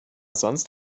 sonst